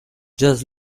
just